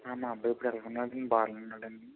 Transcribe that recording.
ఆ మా అబ్బాయి ఇప్పుడు ఎలా ఉన్నాడండి బాగానే ఉన్నాడా అండి